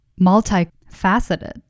multifaceted